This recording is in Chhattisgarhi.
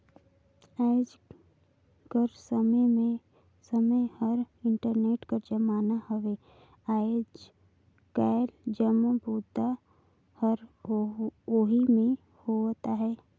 आएज कर समें हर इंटरनेट कर जमाना हवे आएज काएल जम्मो बूता हर ओही में होवत अहे